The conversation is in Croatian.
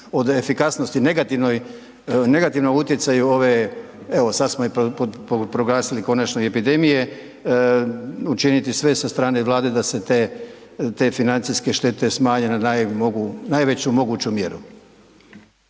od efikasnosti negativnoj, negativnom utjecaju ove, evo sad smo je proglasili konačno i epidemije, učiniti sve sa strane Vlade da se te, te financijske štete smanje na najveću moguću mjeru.